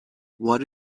what